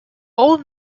all